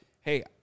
hey